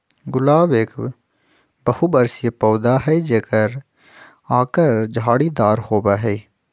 गुलाब एक बहुबर्षीय पौधा हई जेकर आकर झाड़ीदार होबा हई